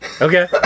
Okay